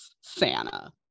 Santa